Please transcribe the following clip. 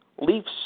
Leafs